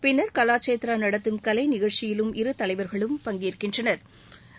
பின்னா் கலாச்சேத்ரா நடத்தும் கலை நிகழ்ச்சியிலும் இரு தலைவா்களும் பஙகேற்கின்றனா்